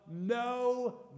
no